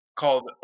called